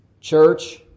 Church